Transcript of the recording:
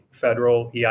federal